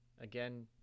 Again